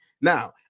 Now